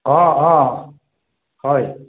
অ' অ' হয়